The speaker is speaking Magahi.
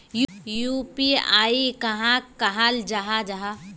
यु.पी.आई कहाक कहाल जाहा जाहा?